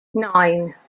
nine